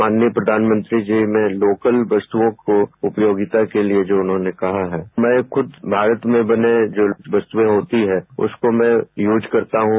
माननीय प्रधानमंत्री जी ने लोकल वस्तुओं को उपयोगिता के लिए जो उन्होंने कहा है मैं कुछ भारत में बने जो वस्तुए होती हैं उसको मैं यूज करता हूं